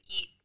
eat